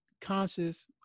conscious